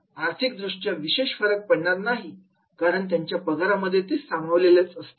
आर्थिक दृष्ट्या विशेष फरक पडणार नाही कारण त्यांच्या पगारामध्ये ते सामावलेलं असतं